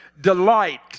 Delight